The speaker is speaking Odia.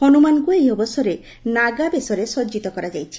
ହନୁମାନଙ୍କୁ ଏହି ଅବସରରେ ନାଗାବେଶରେ ସଜିତ କରାଯାଇଛି